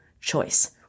choice